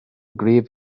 grave